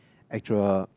actual